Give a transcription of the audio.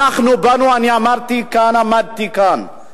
אני אמרתי כאן, עמדתי כאן,